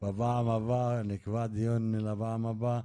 נקבע דיון לפעם הבאה,